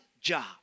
job